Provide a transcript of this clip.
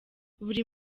buri